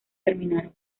terminaron